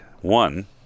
One